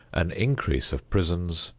an increase of prisons,